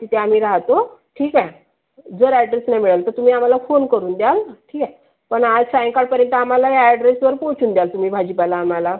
तिथे आम्ही राहतो ठीक आहे जर ॲड्रेस नाही मिळालं तर तुम्ही आम्हाला फोन करून द्याल ठीक आहे पण आज सायंकाळपर्यंत आम्हाला या ॲड्रेसवर पोचून द्याल तुम्ही भाजीपाला आम्हाला